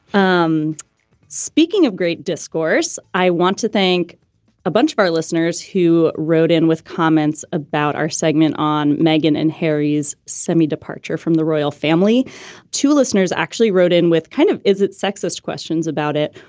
um speaking of great discourse, i want to thank a bunch of our listeners who wrote in with comments about our segment on megan and harry's semi departure from the royal family to listeners actually wrote in with kind of. is it sexist? questions about it.